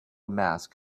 mask